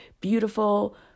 beautiful